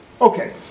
Okay